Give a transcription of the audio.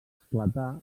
esclatar